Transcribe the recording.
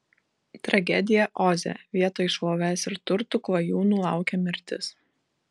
tragedija oze vietoj šlovės ir turtų klajūnų laukė mirtis